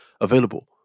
available